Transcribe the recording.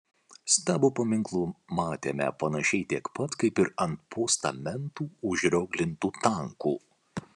stabo paminklų matėme panašiai tiek pat kaip ir ant postamentų užrioglintų tankų